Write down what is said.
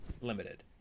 limited